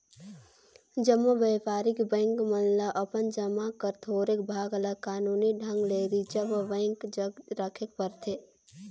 जम्मो बयपारिक बेंक मन ल अपन जमा कर थोरोक भाग ल कानूनी ढंग ले रिजर्व बेंक जग राखेक परथे